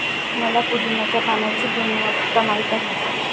मला पुदीन्याच्या पाण्याची गुणवत्ता माहित आहे